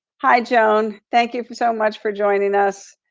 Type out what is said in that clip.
hi joan, thank you for so much for joining us.